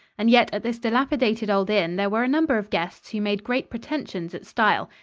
and yet at this dilapidated old inn there were a number of guests who made great pretensions at style.